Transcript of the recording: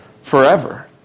forever